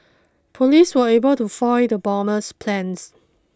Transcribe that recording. police were able to foil the bomber's plans